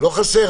לא חסר.